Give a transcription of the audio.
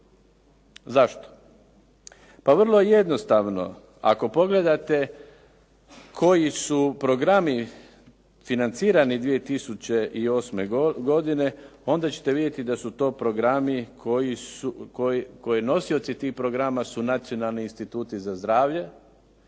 Zašto? Pa vrlo jednostavno. Ako pogledate koji su programi financirati 2008. godine, onda ćete vidjeti da su to programi koje nosioci tih programa su nacionalni instituti za zdravlje,